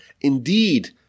Indeed